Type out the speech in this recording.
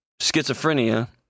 schizophrenia